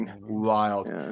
wild